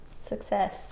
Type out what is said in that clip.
success